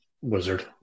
Wizard